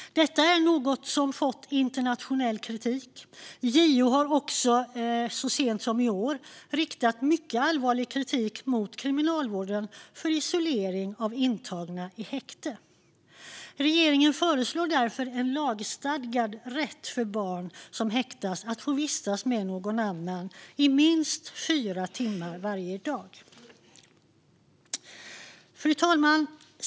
Detta är något som fått internationell kritik. JO har också så sent som i år riktat mycket allvarlig kritik mot Kriminalvården för isolering av intagna i häkte. Regeringen föreslår därför en lagstadgad rätt för barn som häktas att få vistas med någon annan i minst fyra timmar varje dag. Fru talman!